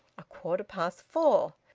a quarter past four.